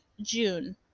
June